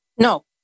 No